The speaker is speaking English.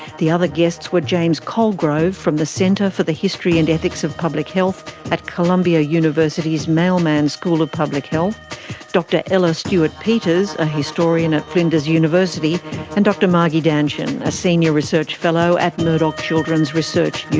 the other guests were james colgrove, from the center for the history and ethics of public health at columbia university's mailman school of public health dr ella stewart-peters, a historian at flinders university and dr margie danchin, a senior research fellow at murdoch children's research institute.